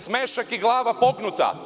Smešak i glava pognuta?